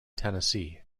tennessee